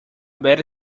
ver